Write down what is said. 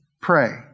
pray